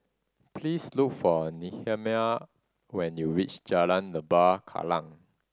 please look for Nehemiah when you reach Jalan Lembah Kallang